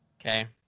Okay